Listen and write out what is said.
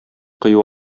кыю